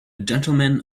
gentleman